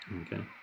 Okay